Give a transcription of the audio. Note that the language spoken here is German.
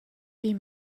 wie